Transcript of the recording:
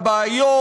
הבעיות,